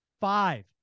Five